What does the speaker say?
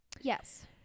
yes